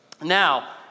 Now